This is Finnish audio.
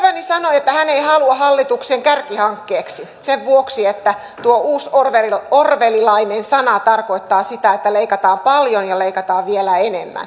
ystäväni sanoi että hän ei halua hallituksen kärkihankkeeksi sen vuoksi että tuo uusorwellilainen sana tarkoittaa sitä että leikataan paljon ja leikataan vielä enemmän